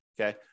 okay